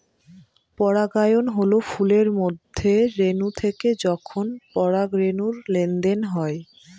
পরাগায়ন হল ফুলের মধ্যে রেনু থেকে যখন পরাগরেনুর লেনদেন হয়